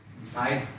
inside